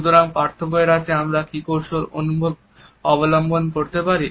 সুতরাং পার্থক্য এড়াতে আমরা কি কৌশল অবলম্বন করতে পারি